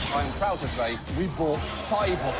proud to say we bought five